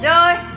Joy